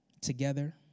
together